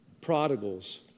Prodigals